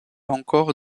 encore